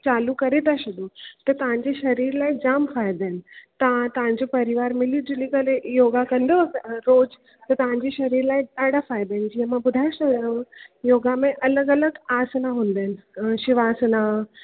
चालू करे था छॾो त तव्हांजी शरीर लाइ जाम फ़ाइदा आहिनि तव्हां तव्हांजो परिवार मिली जुली करे योगा कंदो रोज त तव्हांजे शरीर लाइ ॾाढा फ़ाइदा आहिनि जीअं मां ॿुधाए छॾियांव योगा में अलॻि अलॻि आसना हूंदा आहिनि शिव आसना